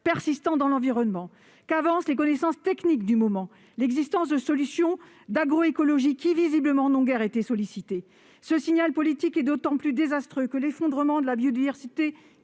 persistant dans l'environnement. Qu'avancent les connaissances techniques du moment ? L'existence de solutions d'agroécologie, qui, visiblement, n'ont guère été sollicitées. Ce signal politique est d'autant plus désastreux que l'effondrement de la biodiversité,